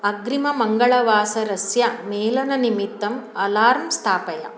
अग्रिममङ्गलवासरस्य मेलननिमित्तम् अलार्म् स्थापय